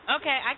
Okay